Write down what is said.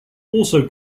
also